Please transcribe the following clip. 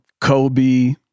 Kobe